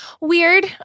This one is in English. weird